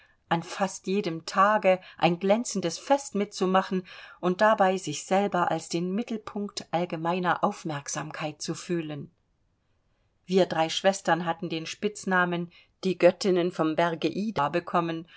an fast jedem tage ein glänzendes fest mitzumachen und dabei sich selber als den mittelpunkt allgemeiner aufmerksamkeit zu fühlen wir drei schwestern hatten den spitznamen die göttinnen vom berge ida bekommen